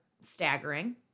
staggering